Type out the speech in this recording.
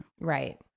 Right